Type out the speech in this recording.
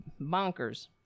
bonkers